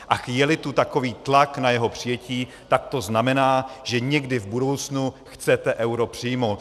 A jeli tu takový tlak na jeho přijetí, tak to znamená, že někdy v budoucnu chcete euro přijmout.